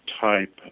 type